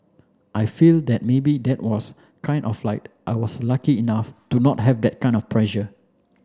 I feel that maybe that was kind of like I was lucky enough to not have that kind of pressure